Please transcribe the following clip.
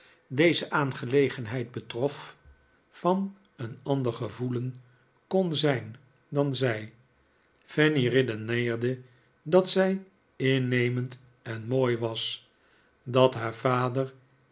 deze aangelegenheid betrof van een ander gevoelen kon zijn dan zij fanny redeneerde dat zij innemend en mooi was dat haar vader